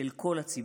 של כל הציבור.